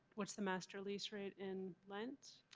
what's the master lease rate in lentz?